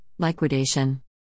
liquidation